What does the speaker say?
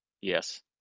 Yes